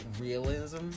realism